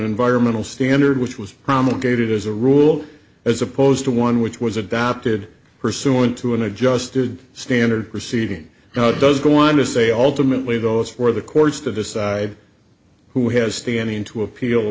environmental standard which was promulgated as a rule as opposed to one which was adopted pursuant to an adjusted standard proceeding now does go on to say all to minutely those for the courts to decide who has standing to appeal